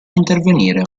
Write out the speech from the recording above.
intervenire